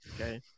Okay